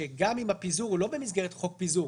שגם אם הפיזור הוא לא במסגרת חוק פיזור